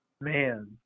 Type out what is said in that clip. man